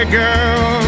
girl